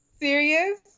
serious